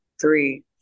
three